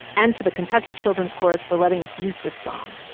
and to the kentucky children's chorus for letting us use this song.